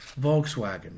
Volkswagen